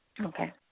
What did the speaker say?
Okay